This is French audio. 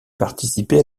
participer